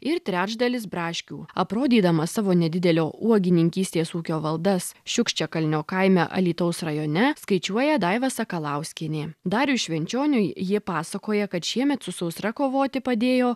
ir trečdalis braškių aprodydama savo nedidelio uogininkystės ūkio valdas šiukščiakalnio kaime alytaus rajone skaičiuoja daiva sakalauskienė dariui švenčioniui ji pasakoja kad šiemet su sausra kovoti padėjo